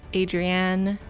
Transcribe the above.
adrienne,